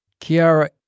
Kiara